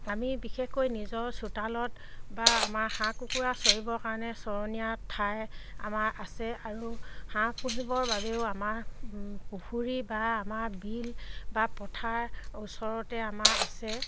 আমি বিশেষকৈ নিজৰ চোতালত বা আমাৰ হাঁহ কুকুৰা চৰিবৰ কাৰণে চৰণীয়া ঠাই আমাৰ আছে আৰু হাঁহ পুহিবৰ বাবেও আমাৰ পুখুৰী বা আমাৰ বিল বা পথাৰ ওচৰতে আমাৰ আছে